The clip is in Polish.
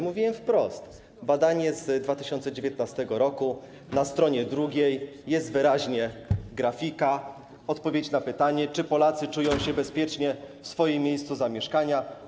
Mówiłem wprost, badanie z 2019 r., na str. 2 jest wyraźna grafika, odpowiedź na pytanie, czy Polacy czują się bezpiecznie w swoim miejscu zamieszkania.